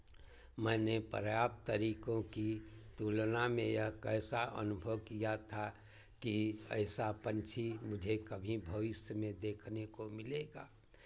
मैंने पर्याप्त तरीकों की तुलना में यह कैसा अनुभव किया था कि ऐसा पंछी मुझे कभी भविष्य में देखने को मिलेगा